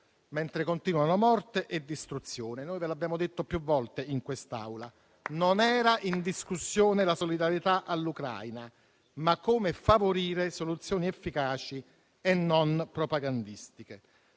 mentre continuano morte e distruzione. Noi ve l'abbiamo detto più volte in quest'Aula: non era in discussione la solidarietà all'Ucraina, ma come favorire soluzioni efficaci e non propagandistiche.